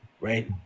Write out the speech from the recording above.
right